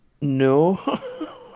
No